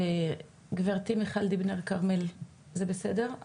גברתי, מיכל דיבנר כרמל, זה בסדר?